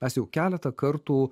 aš jau keletą kartų